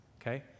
okay